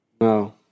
No